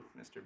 Mr